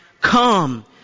come